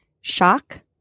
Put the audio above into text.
Shock